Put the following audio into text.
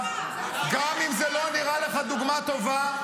------ גם אם זו לא נראית לך דוגמה טובה,